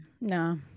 No